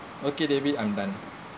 okay david I'm done